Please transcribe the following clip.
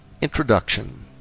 Introduction